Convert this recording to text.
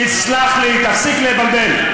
תסלח לי, תפסיק לבלבל.